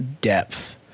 depth